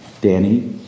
Danny